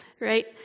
right